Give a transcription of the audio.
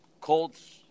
Colts